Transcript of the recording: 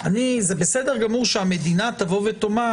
בסדר גמור שהמדינה תאמר: